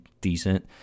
decent